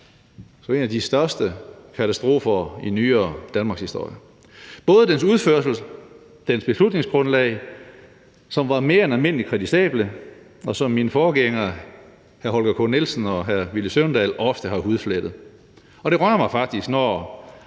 som en af de største katastrofer i nyere danmarkshistorie – både dens udførelse og dens beslutningsgrundlag, som var mere end almindelig kritisable, og som mine forgængere hr. Holger K. Nielsen og hr. Villy Søvndal ofte har hudflettet. Og det rører mig faktisk, når